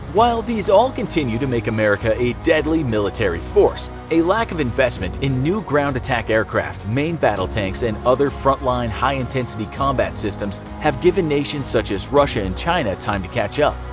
while these all continue to make america a deadly military force, a lack of investment in new ground attack aircraft, main battle tanks, and other frontline, high intensity combat systems have given nations such as russia and china time to catch up.